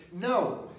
no